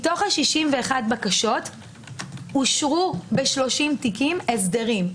מתוך 61 בקשות אושרו ב-30 תיקים הסדרים.